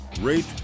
rate